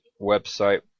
website